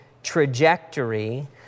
trajectory